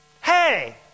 Hey